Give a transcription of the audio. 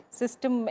system